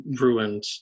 ruined